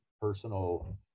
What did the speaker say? personal